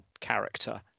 character